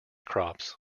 crops